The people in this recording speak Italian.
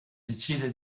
decide